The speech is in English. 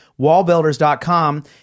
wallbuilders.com